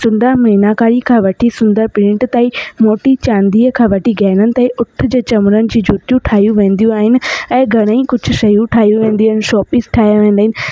सुंदर मीनाकारी खां वठी सुंदर प्रिंट ताईं मोटी चांदीअ खां वठी गहननि ते ऊठ जे चवणनि जी जुतियूं ठाही वेंदियूं आहिनि ऐं घर जी कुझु शयूं ठाहियूं वेंदियूं आहिनि शो पीस ठाहिया वेंदा आहिनि